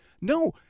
No